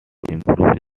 improve